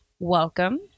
Welcome